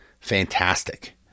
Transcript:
fantastic